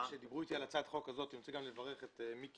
כשדיברו איתי על הצעת החוק הזאת אני רוצה לברך את מיקי,